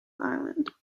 island